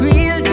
Real